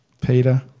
Peter